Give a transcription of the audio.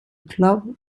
club